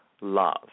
love